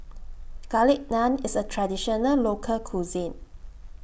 Garlic Naan IS A Traditional Local Cuisine